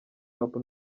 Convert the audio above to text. hop